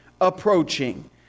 approaching